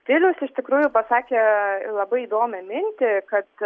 vilius iš tikrųjų pasakė labai įdomią mintį kad